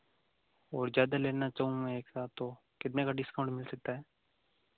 और ज़्यादा लेना चाहूँ मैं एक साथ तो कितने का डिस्काउंट मिल सकता है